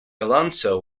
alonso